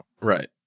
Right